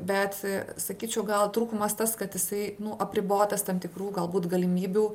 bet sakyčiau gal trūkumas tas kad jisai nu apribotas tam tikrų galbūt galimybių